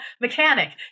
mechanic